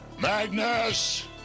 magnus